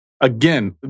again